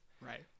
right